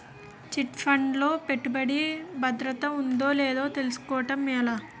Chit fund లో పెట్టుబడికి భద్రత ఉందో లేదో తెలుసుకోవటం ఎలా?